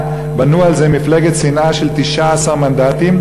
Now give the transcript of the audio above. בנו על זה מפלגת שנאה של 19 מנדטים,